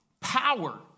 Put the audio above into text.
power